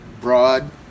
broad